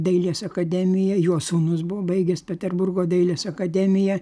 dailės akademiją jo sūnus buvo baigęs peterburgo dailės akademiją